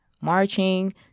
marching